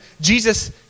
Jesus